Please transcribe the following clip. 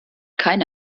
keine